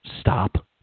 stop